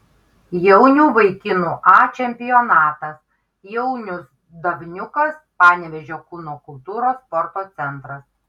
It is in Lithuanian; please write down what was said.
jaunių vaikinų a čempionatas jaunius davniukas panevėžio kūno kultūros sporto centras